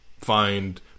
find